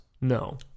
No